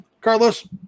Carlos